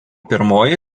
pirmoji